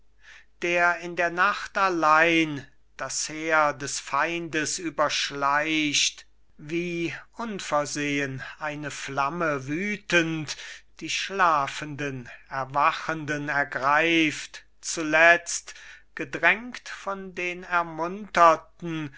der in der nacht allein das heer des feindes überschleicht wie unversehen eine flamme wüthend die schlafenden erwachenden ergreift zuletzt gedrängt von den ermunterten